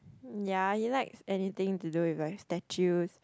ya he likes anything to do with like statues